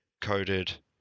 coded